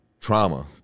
trauma